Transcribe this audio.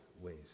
ways